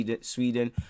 Sweden